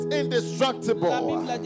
indestructible